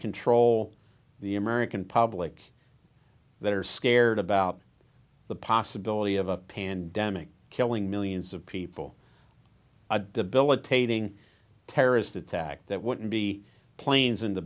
control the american public that are scared about the possibility of a pandemic killing millions of people a debilitating terrorist attack that wouldn't be planes into